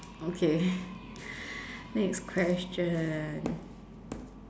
okay next question